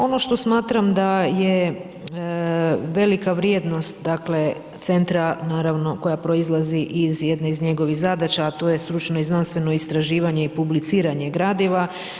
Ono što smatram da je velika vrijednost dakle centra naravno koja proizlazi iz jedne iz njegovih zadaća a to je stručno i znanstveno istraživanje i publiciranje gradiva.